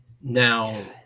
Now